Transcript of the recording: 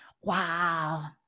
wow